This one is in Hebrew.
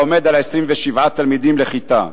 העומד על 27 תלמידים לכיתה.